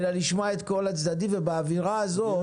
רם,